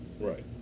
right